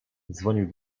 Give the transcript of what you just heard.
dzwonił